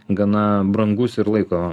gana brangus ir laiko